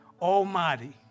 almighty